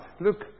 Look